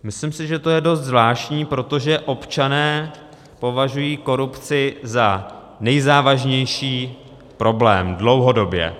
Myslím, že to je dost zvláštní, protože občané považují korupci za nejzávažnější problém dlouhodobě.